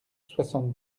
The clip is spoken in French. soixante